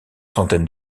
centaines